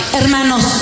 hermanos